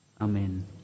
Amen